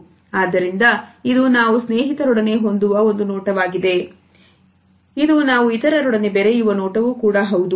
ಆದ್ದರಿಂದ ಇದು ನಾವು ಸ್ನೇಹಿತರೊಡನೆ ಹೊಂದುವ ಒಂದು ನೋಟವಾಗಿದೆ ಇದು ನಾವು ಇತರರೊಡನೆ ಬೆರೆಯುವ ನೋಟವು ಹೌದು